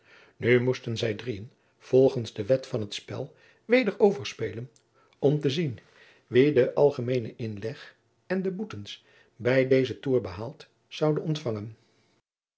nu moesten zij driëen volgens de wet van t spel weder overspelen om te zien wie den algemeenen inleg en de boetens bij dezen toer betaald zoude ontfangen